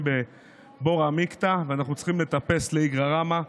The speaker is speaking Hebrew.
בבירא עמיקתא ואנחנו צריכים לטפס לאיגרא רמא.